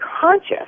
conscious